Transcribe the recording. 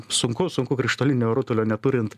sunku sunku krištolinio rutulio neturint